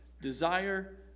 desire